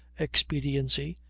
expediency,